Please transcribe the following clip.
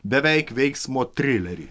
beveik veiksmo trilerį